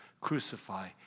crucify